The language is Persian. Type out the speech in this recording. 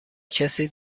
کسی